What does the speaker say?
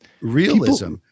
realism